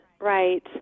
right